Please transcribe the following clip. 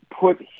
put